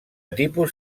tipus